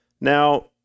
Now